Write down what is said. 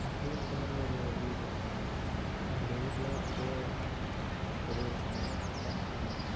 green கலரில் ஒரு வீடு இருக்குங்க அந்த வீட்டில் அப்படியே டெலிவெரி பண்ணிடுங்க அதாங்க